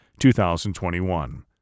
2021